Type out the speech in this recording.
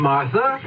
Martha